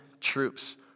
troops